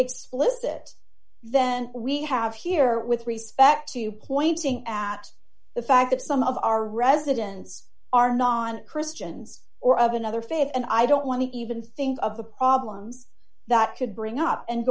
explicit then we have here with respect to pointing at the fact that some of our residents are non christians or of another faith and i don't want to even think of the problems that could bring up and